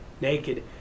naked